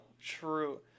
true